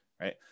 Right